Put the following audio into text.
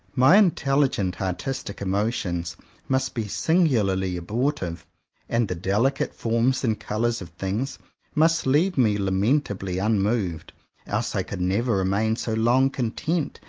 my intelligent artistic emotions must be singularly abortive and the delicate forms and colours of things must leave me lament ably unmoved else i could never remain so long content,